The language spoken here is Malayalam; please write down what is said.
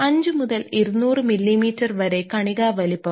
5 മുതൽ 200 മില്ലിമീറ്റർ വരെ കണികാ വലിപ്പം